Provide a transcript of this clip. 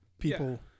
people